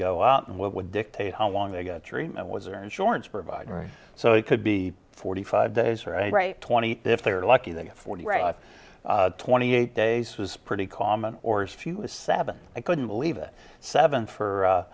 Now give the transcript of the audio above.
go out and what would dictate how long they got treatment was their insurance provider so it could be forty five days or twenty if they're lucky that forty twenty eight days was pretty common or if you was seven i couldn't believe it seven for